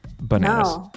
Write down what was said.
bananas